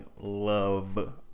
love